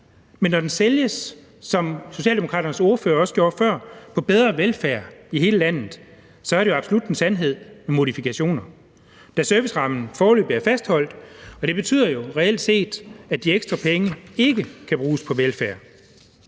men når den sælges, som Socialdemokraternes ordfører også gjorde før, som bedre velfærd i hele landet, så er det absolut en sandhed med modifikationer, da servicerammen foreløbig er fastholdt, og det betyder jo reelt set, at de ekstra penge ikke kan bruges på velfærd.